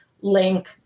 link